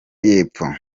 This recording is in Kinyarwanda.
yepfo